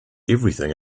everything